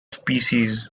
species